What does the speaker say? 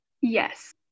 Yes